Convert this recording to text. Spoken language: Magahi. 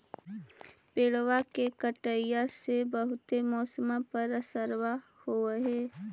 पेड़बा के कटईया से से बहुते मौसमा पर असरबा हो है?